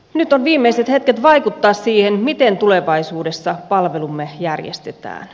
nyt on viimeiset hetket vaikuttaa siihen miten tulevaisuudessa palvelumme järjestetään